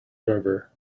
river